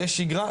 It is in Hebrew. יש שיגרה,